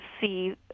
see